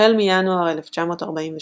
החל מינואר 1943,